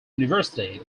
university